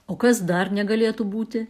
o kas dar negalėtų būti